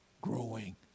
growing